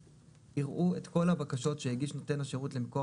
יראו את כל הבקשות שהגיש נותן השירות למקור